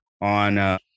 on